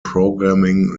programming